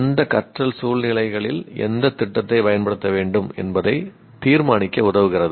எந்த கற்றல் சூழ்நிலைகளில் எந்த திட்டத்தை பயன்படுத்த வேண்டும் என்பதை தீர்மானிக்க உதவுகிறது